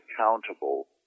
accountable